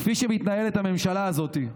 כפי שמתנהלת הממשלה הזאת,